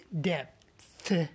depth